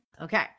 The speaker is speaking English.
okay